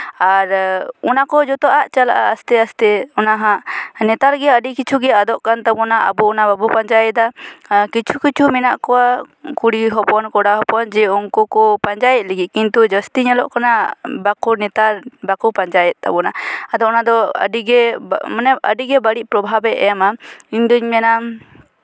ᱟᱨ ᱚᱱᱟ ᱠᱚ ᱡᱚᱛᱚᱣᱟᱜ ᱪᱟᱞᱟᱜᱼᱟ ᱟᱥᱛᱮ ᱟᱥᱛᱮ ᱚᱱᱟ ᱦᱟᱸᱜ ᱱᱮᱛᱟᱨ ᱜᱮ ᱟᱹᱰᱤ ᱠᱤᱪᱷᱩ ᱜᱮ ᱟᱫᱚᱜ ᱠᱟᱱ ᱛᱟᱵᱚᱱᱟ ᱟᱵᱚ ᱚᱱᱟ ᱵᱟᱵᱚ ᱯᱟᱸᱡᱟᱭᱮᱫᱟ ᱠᱤᱪᱷᱩ ᱠᱤᱪᱷᱩ ᱢᱮᱱᱟᱜ ᱠᱚᱣᱟ ᱠᱩᱲᱤ ᱦᱚᱯᱚᱱ ᱠᱚᱲᱟ ᱦᱚᱯᱚᱱ ᱡᱮ ᱩᱱᱠᱩ ᱠᱚ ᱯᱟᱸᱡᱟᱭᱮᱫ ᱞᱟᱹᱜᱤᱫ ᱠᱤᱱ ᱠᱤᱱᱛᱩ ᱡᱟᱹᱥᱛᱤ ᱧᱮᱞᱚᱜ ᱠᱟᱱᱟ ᱵᱟᱠᱚ ᱱᱮᱛᱟᱨ ᱵᱟᱠᱚ ᱯᱟᱸᱡᱟᱭᱮᱫ ᱛᱟᱵᱚᱱᱟ ᱟᱫᱚ ᱚᱱᱟ ᱫᱚ ᱟᱹᱰᱤᱜᱮ ᱢᱟᱱᱮ ᱟᱹᱰᱤ ᱜᱮ ᱵᱟᱹᱲᱤᱡ ᱯᱨᱚᱵᱷᱟᱵᱽ ᱮ ᱮᱢᱟ ᱤᱧ ᱫᱩᱧ ᱢᱮᱱᱟ